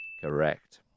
Correct